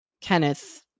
Kenneth